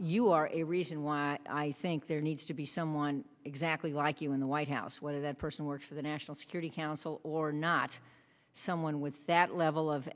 you are a reason why i think there needs to be someone exactly like you in the white house whether that person works for the national security council or not someone with that level of